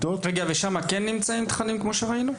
ושם כן נמצאים תכנים כמו אלה שראינו?